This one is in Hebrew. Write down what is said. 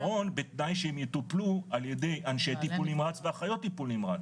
זה פתרון בתנאי שהם יטופלו על ידי אנשי טיפול נמרץ ואחיות טיפול נמרץ,